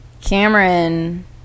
Cameron